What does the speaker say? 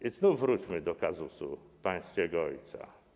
Wróćmy do kazusu pańskiego ojca.